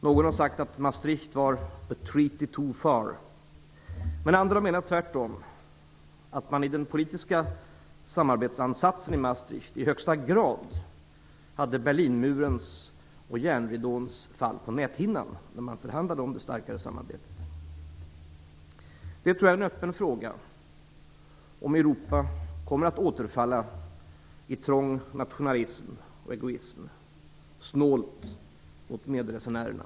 Någon har sagt att Maastrichtfördraget var "a treaty too far". Andra menar tvärtom att man i den politiska samarbetsansatsen i Maastrichtavtalet i högsta grad hade Berlinmurens och järnridåns fall på näthinnan när man förhandlade om det starkare samarbetet. Jag tror att det är en öppen fråga om Europa kommer att återfalla i trång nationalism och egoism och vara snålt mot medresenärerna.